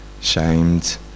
shamed